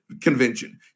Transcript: convention